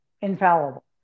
infallible